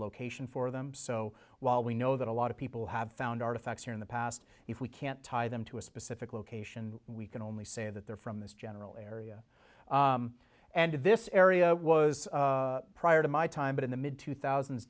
location for them so while we know that a lot of people have found artifacts in the past if we can't tie them to a specific location we can only say that they're from this general area and this area was prior to my time but in the mid two thousand